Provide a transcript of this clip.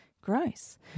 Gross